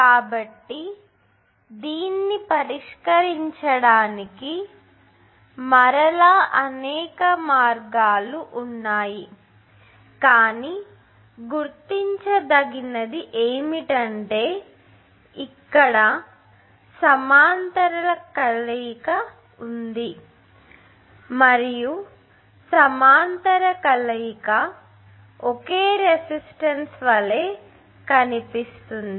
కాబట్టి దీన్ని పరిష్కరించడానికి మరల అనేక మార్గాలు ఉన్నాయి కానీ గుర్తించదగినది ఏమిటంటే ఇక్కడ సమాంతర కలయిక ఉంది మరియు సమాంతర కలయిక ఒకే రెసిస్టన్స్ వలె కనిపిస్తుంది